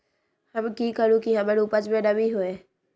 हम की करू की हमार उपज में नमी होए?